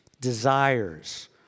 Desires